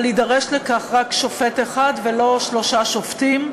אבל יידרש לכך רק שופט אחד, ולא שלושה שופטים.